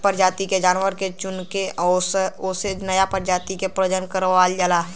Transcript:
बढ़िया परजाति के जानवर के चुनके ओसे नया परजाति क प्रजनन करवावल जाला